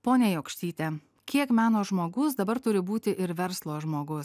ponia jokštyte kiek meno žmogus dabar turi būti ir verslo žmogus